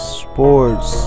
sports